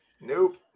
Nope